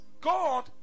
God